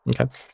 Okay